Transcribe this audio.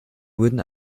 wurden